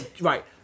Right